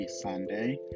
Sunday